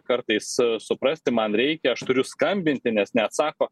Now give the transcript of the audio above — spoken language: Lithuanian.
kartais suprasti man reikia aš turiu skambinti nes neatsako